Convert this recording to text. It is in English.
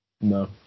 No